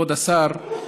כבוד השר,